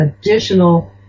additional